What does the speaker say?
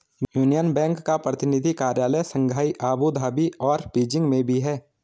union Bank का प्रतिनिधि कार्यालय शंघाई अबू धाबी और बीजिंग में भी है